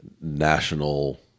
national